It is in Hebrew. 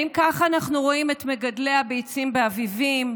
האם כך אנחנו רואים את מגדלי הביצים באביבים,